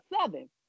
Southern